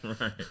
right